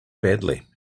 badly